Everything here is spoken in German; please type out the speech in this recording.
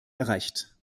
erreicht